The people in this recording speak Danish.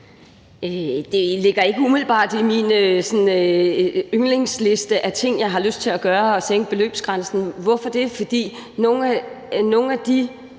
Det står ikke umiddelbart på min yndlingsliste over ting, jeg har lyst til at gøre, at sænke beløbsgrænsen. Hvorfor det? Fordi noget af den